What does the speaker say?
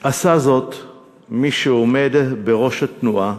עשה זאת מי שעומד בראש התנועה